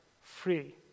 free